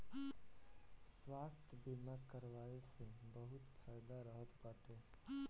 स्वास्थ्य बीमा करवाए से बहुते फायदा रहत बाटे